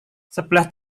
sebelah